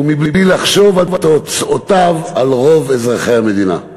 ומבלי לחשוב על תוצאותיו לרוב אזרחי המדינה.